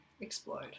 Explode